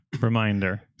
Reminder